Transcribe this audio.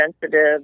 sensitive